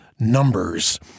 numbers